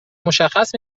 مشخص